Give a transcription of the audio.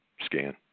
scan